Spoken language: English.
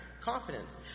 Confidence